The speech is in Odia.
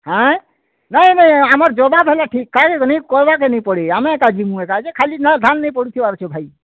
ହଏଁ ନାଇଁ ନାଇଁ ଆମର୍ ଜବାବ୍ ହେଲା ଠିକ୍ କହିବାକେ ନାଇଁ ପଡ଼େ ଆମେ ଏକା ଯିବୁଁ ଏକା ଯେ ଖାଲି ନୂଆ ଧାନ୍ ନେଇ ପଡ଼ୁଥିବାର ଭାଇ